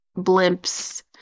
blimps